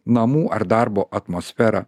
namų ar darbo atmosferą